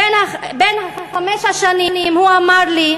בן חמש השנים, הוא אמר לי,